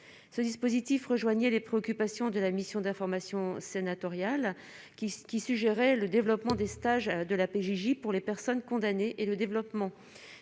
ce dispositif rejoignaient les préoccupations de la mission d'information sénatoriale qui suggérait le développement des stages de la PJJ, pour les personnes condamnées et le développement